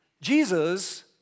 Jesus